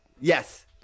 Yes